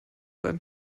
beim